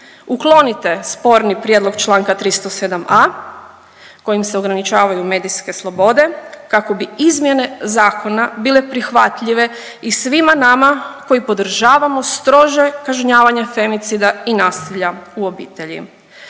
uklonite sporni prijedlog čl. 307.a kojim se ograničavaju medijske slobode kako bi izmjene zakona bile prihvatljive i svima nama koji podržavamo strože kažnjavanje femicida i nasilja u obitelji.